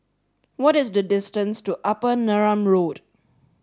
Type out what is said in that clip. what is the distance to Upper Neram Road